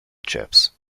chips